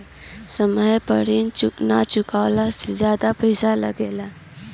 समय पर ऋण ना चुकाने पर ज्यादा पईसा लगेला?